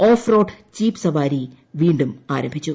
of road jeep സവാരി വീണ്ടും ആരംഭിച്ചു